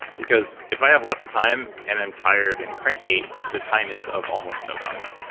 because if i have lots of time and i'm tired and cranky, the time is of almost no value.